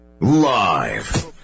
live